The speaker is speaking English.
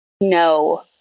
no